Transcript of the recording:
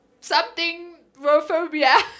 something-rophobia